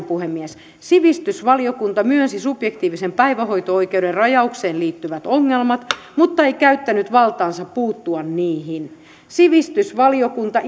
puhemies sivistysvaliokunta myönsi subjektiivisen päivähoito oikeuden rajaukseen liittyvät ongelmat mutta ei käyttänyt valtaansa puuttua niihin sivistysvaliokunta